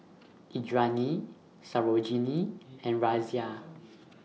Indranee Sarojini and Razia